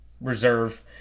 reserve